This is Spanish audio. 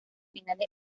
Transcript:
finales